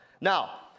Now